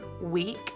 week